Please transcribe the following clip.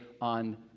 on